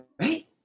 right